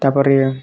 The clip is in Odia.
ତାପରେ